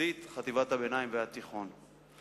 חטיבת הביניים והתיכון.